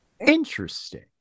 interesting